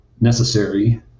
necessary